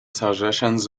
suggestions